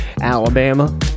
Alabama